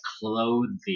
clothing